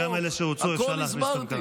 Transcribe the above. הכול הסברתי.